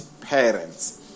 parents